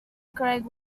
craig